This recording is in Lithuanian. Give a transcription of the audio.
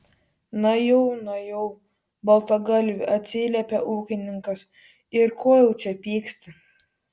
na jau na jau baltagalvi atsiliepė ūkininkas ir ko jau čia pyksti